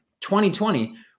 2020